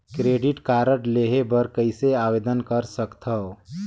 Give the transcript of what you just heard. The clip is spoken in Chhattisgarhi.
क्रेडिट कारड लेहे बर कइसे आवेदन कर सकथव?